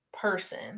person